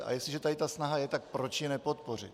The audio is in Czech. A jestliže tady ta snaha je, tak proč ji nepodpořit?